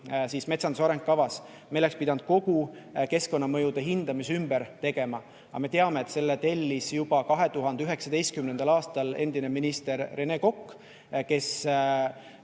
metsanduse arengukavas, me oleksime pidanud kogu keskkonnamõjude hindamise ümber tegema, aga me teame, et selle tellis juba 2019. aastal endine minister Rene Kokk, kes